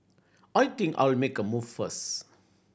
I think I'll make a move first